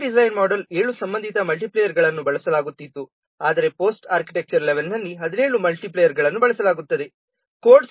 early design model 7 ಸಂಬಂಧಿತ ಮಲ್ಟಿಪ್ಲಿಯರ್ಗಳನ್ನು ಬಳಸಲಾಗುತ್ತಿತ್ತು ಆದರೆ ಪೋಸ್ಟ್ ಆರ್ಕಿಟೆಕ್ಚರ್ ಮೋಡೆಲ್ನಲ್ಲಿ 17 ಮಲ್ಟಿಪ್ಲಿಯರ್ಗಳನ್ನು ಬಳಸಲಾಗುತ್ತದೆ